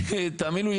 ותאמינו לי,